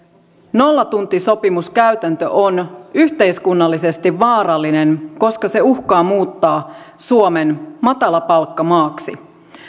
nollatuntisopimuskäytäntö on yhteiskunnallisesti vaarallinen koska se uhkaa muuttaa suomen matalapalkkamaaksi